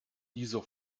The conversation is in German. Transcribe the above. dieser